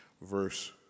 verse